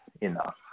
enough